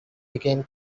became